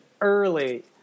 early